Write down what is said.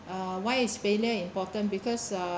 uh why is failure important because uh